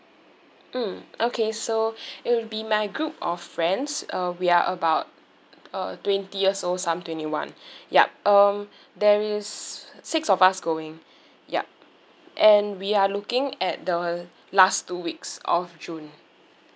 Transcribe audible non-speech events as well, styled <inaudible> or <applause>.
mm okay so <breath> it would be my group of friends uh we are about uh twenty years old some twenty one <breath> yup um there is six of us going yup and we are looking at the last two weeks of june